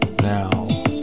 now